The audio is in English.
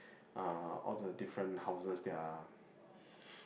uh all the different houses their